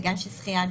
גם של שחייה,